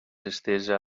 estesa